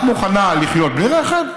את מוכנה לחיות בלי רכב?